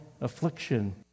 affliction